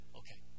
okay